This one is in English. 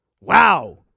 Wow